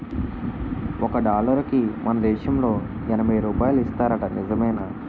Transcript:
ఒక డాలరుకి మన దేశంలో ఎనబై రూపాయలు ఇస్తారట నిజమేనా